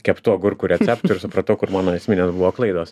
keptų agurkų receptų ir supratau kur mano esminės buvo klaidos